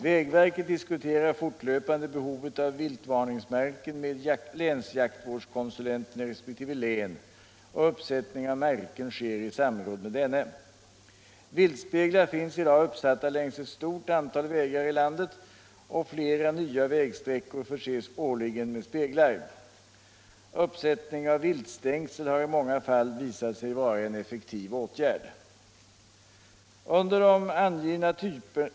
Vägverket diskuterar fortlöpande behovet av viltvarningsmärken med länsjaktvårdskonsulenten i resp. län, och uppsättning av märken sker i samråd med denne. Viltspeglar finns i dag uppsatta längs ett stort antal vägar i landet, och flera nya vägsträckor förses årligen med speglar. Uppsättning av viltstängsel har i många fall visat sig vara en effektiv åtgärd.